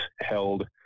held